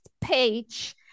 page